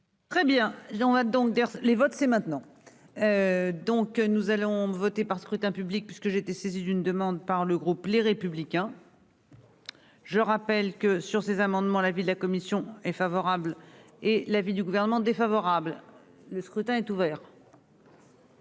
va donc les votes, c'est maintenant. Donc nous allons voter par scrutin public puisque j'ai été saisi d'une demande par le groupe Les Républicains.-- Je rappelle que sur ces amendements. La ville, la commission est favorable et l'avis du gouvernement défavorable. Le scrutin est ouvert.